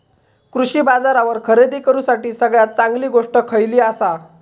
कृषी बाजारावर खरेदी करूसाठी सगळ्यात चांगली गोष्ट खैयली आसा?